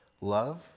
love